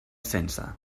sense